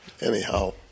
Anyhow